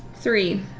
three